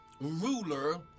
ruler